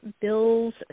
Bills